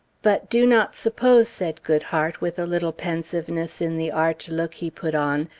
but do not suppose said goodhart, with a little pensiveness in the arch look he put on,